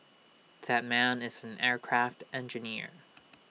that man is an aircraft engineer